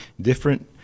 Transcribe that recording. different